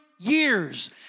years